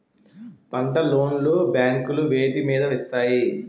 పంట లోన్ లు బ్యాంకులు వేటి మీద ఇస్తాయి?